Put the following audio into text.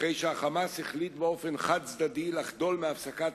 אחרי שה"חמאס" החליט באופן חד-צדדי לחדול מהפסקת